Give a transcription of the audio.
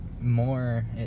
more